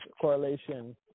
correlation